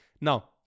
Now